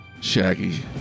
Shaggy